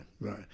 right